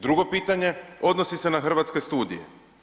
Drugo pitanje odnosi se na Hrvatske studije.